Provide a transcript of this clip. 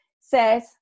says